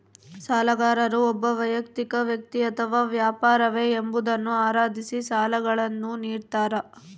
ಸಾಲಗಾರರು ಒಬ್ಬ ವೈಯಕ್ತಿಕ ವ್ಯಕ್ತಿ ಅಥವಾ ವ್ಯಾಪಾರವೇ ಎಂಬುದನ್ನು ಆಧರಿಸಿ ಸಾಲಗಳನ್ನುನಿಡ್ತಾರ